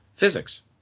Physics